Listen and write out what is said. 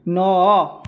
ନଅ